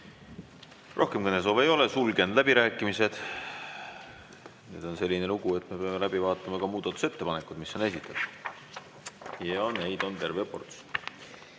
Rohkem kõnesoove ei ole, sulgen läbirääkimised. Nüüd on selline lugu, et me peame läbi vaatama ka muudatusettepanekud, mis on esitatud, ja neid on terve ports.